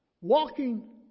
Walking